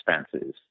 expenses